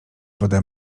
pode